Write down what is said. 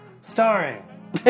starring